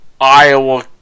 Iowa